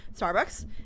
starbucks